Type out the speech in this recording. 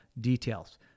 details